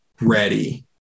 ready